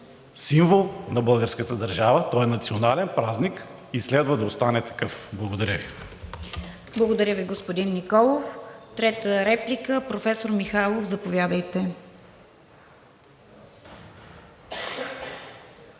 символ на българската държава, той е национален празник и следва да остане такъв. Благодаря Ви. ПРЕДСЕДАТЕЛ РОСИЦА КИРОВА: Благодаря Ви, господин Николов. Трета реплика – професор Михайлов, заповядайте.